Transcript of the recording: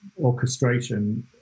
orchestration